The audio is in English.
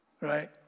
Right